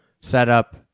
setup